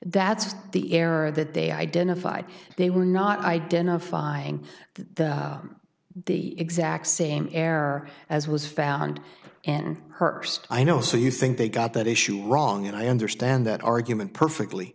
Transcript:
that's the error that they identified they were not identifying the the exact same error as was found in her purse i know so you think they got that issue wrong and i understand that argument perfectly